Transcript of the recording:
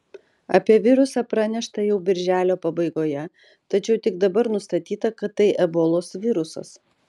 apie virusą pranešta jau birželio pabaigoje tačiau tik dabar nustatyta kad tai ebolos virusas